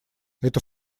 это